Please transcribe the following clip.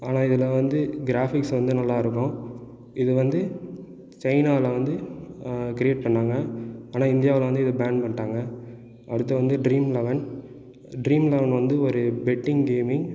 ஆனால் இதில் வந்து கிராஃபிக்ஸ் வந்து நல்லாயிருக்கும் இது வந்து சைனாவில் வந்து ஆ கிரியேட் பண்ணாங்கள் ஆனால் இந்தியாவில் வந்து இதை பேன் பண்ணிடாங்க அடுத்து வந்து ட்ரீம் லவன் ட்ரீம் லவன் வந்து ஒரு பெட்டிங் கேமிங்